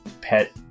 pet